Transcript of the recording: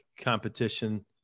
competition